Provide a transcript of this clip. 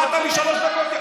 באת לי שלוש דקות לפני,